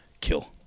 kill